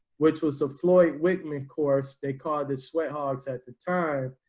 which was a floyd whitman course, they call this sweat hearts at the time.